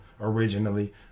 originally